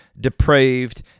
depraved